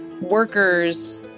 workers